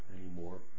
anymore